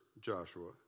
Joshua